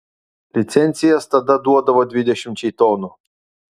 licencijas tada duodavo dvidešimčiai tonų